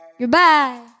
Goodbye